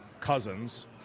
Cousins